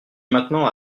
maintenant